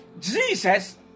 Jesus